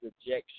rejection